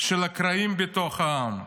של הקרעים בתוך העם.